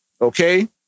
Okay